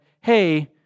hey